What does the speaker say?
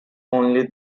only